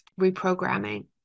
reprogramming